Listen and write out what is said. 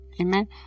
Amen